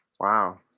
Wow